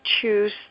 choose